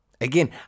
Again